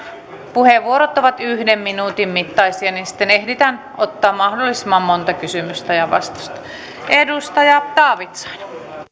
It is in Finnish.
puheenvuorot ovat yhden minuutin mittaisia jolloin ehditään ottaa mahdollisimman monta kysymystä ja vastausta edustaja taavitsainen